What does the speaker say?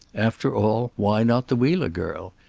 after all, why not the wheeler girl?